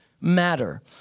matter